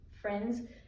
friends